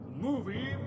movie